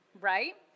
right